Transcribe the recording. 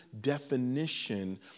definition